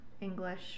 English